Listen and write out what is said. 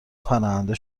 پناهنده